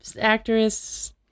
actress